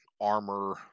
armor